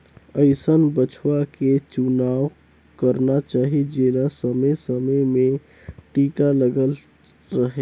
अइसन बछवा के चुनाव करना चाही जेला समे समे में टीका लगल रहें